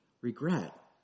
regret